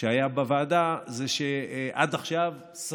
שהיה בסך הכול מאוד רציני,